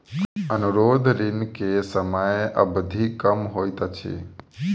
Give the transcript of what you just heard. अनुरोध ऋण के समय अवधि कम होइत अछि